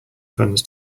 funds